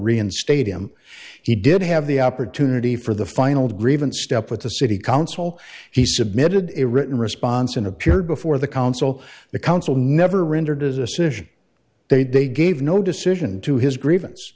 reinstate him he did have the opportunity for the final grievance step with the city council he submitted a written response in appeared before the council the council never rendered as a session they gave no decision to his grievance